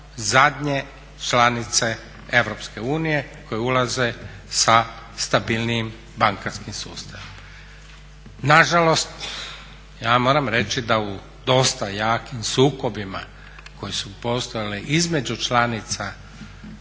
zadnje članice EU koje ulaze sa stabilnijim bankarskim sustavom. Nažalost, ja moram reći da u dosta jakim sukobima koji su postojali između članica